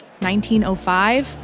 1905